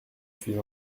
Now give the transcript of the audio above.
suis